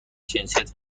جنسیت